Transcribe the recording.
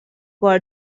بار